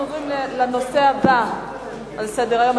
אנחנו עוברים לנושא הבא על סדר-היום: